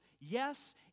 Yes